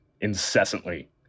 incessantly